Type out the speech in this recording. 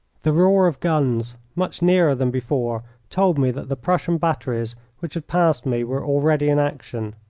the roar of guns, much nearer than before, told me that the prussian batteries which had passed me were already in action.